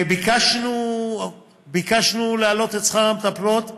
ביקשנו להעלות את שכר המטפלות.